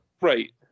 Right